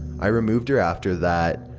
i removed her after that.